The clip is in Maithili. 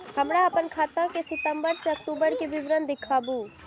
हमरा अपन खाता के सितम्बर से अक्टूबर के विवरण देखबु?